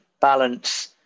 balance